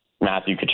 Matthew